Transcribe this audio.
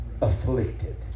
afflicted